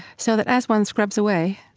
so that as one scrubs away